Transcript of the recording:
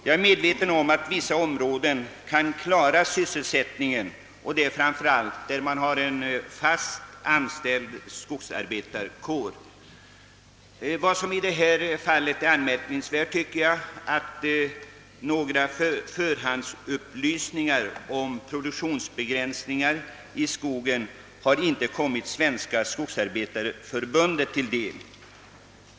Jag är medveten om att vissa områden kan klara sysselsättningen, och detta gäller framför allt där man har en fast anställd skogsarbetarkår. Vad som i detta fall är anmärkningsvärt tycker jag är att några förhandsupplysningar om produktionsbegränsningar i skogen inte har kommit Svenska skogsarbetareförbundet till del.